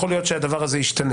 יכול להיות שהדבר הזה ישתנה,